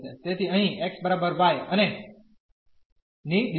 તેથી અહીં x y અને ની દિશામાં